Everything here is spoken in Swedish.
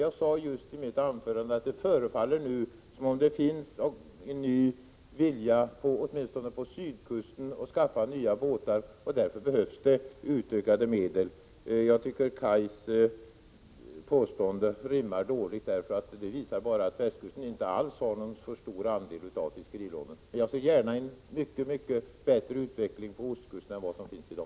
Jag sade i mitt anförande att det nu förefaller finnas en ny vilja, åtminstone på sydkusten, att skaffa nya båtar, och därför behövs det utökade medel. Jag tycker Kaj Larssons påståenden rimmar illa med verkligheten. De visar bara att västkusten inte alls har någon särskilt stor andel av fiskerilånen, men jag ser gärna en mycket bättre utveckling på ostkusten än vad som finns i dag.